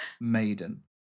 Maiden